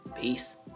Peace